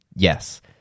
yes